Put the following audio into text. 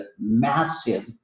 massive